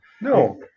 no